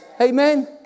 Amen